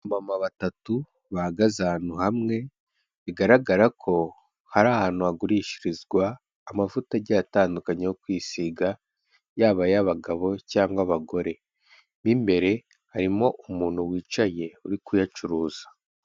Abamama batatu, bahagaze ahantu hamwe, bigaragara ko hari ahantu hagurishirizwa amavuta agiye atandukanye yo kwisiga, yaba ay'abagabo cyangwa abagore, mo imbere harimo umuntu wicaye uri kuyacuruza.